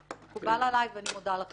מקובל עלי ואני מודה לכם.